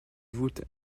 voûte